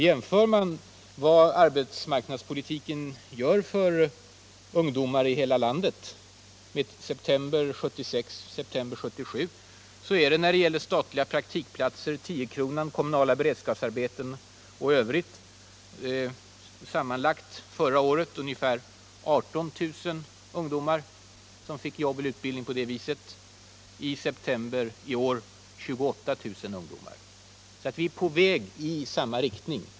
Jämför man vad vi genom arbetsmarknadspolitiken gör för ungdomar i hela landet i september 1977 — statliga praktikplatser, tiokronan, kommunala beredskapsarbeten och övrigt — med arbetsmarknadspolitiken i september 1976, finner man att det förra året var sammanlagt 18 000 ungdomar som fick jobb eller utbildning på det sättet, medan det i september i år var 28 000 ungdomar. Vi är alltså på väg i rätt riktning.